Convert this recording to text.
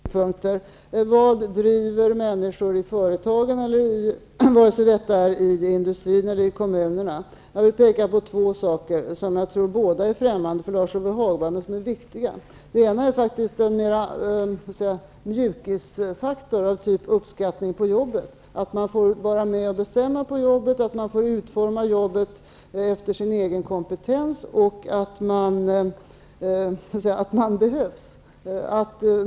Herr talman! Några synpunkter! Vad är det som driver människor i företagen, vare sig det gäller industri eller kommun? Jag vill peka på två saker som jag tror är främmande för Lars-Ove Hagberg, men som är viktiga. Den ena saken gäller en mjukisfaktor, typ uppskattning på jobbet. Man får vara med och bestämma på arbetet, man får utforma det efter sin egen kompetens, och man får känna att man behövs.